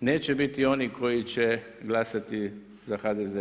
neće biti oni koji će glasati za HDZ.